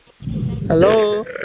Hello